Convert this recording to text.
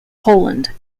poland